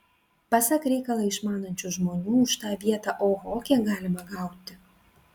pasak reikalą išmanančių žmonių už tą vietą oho kiek galima gauti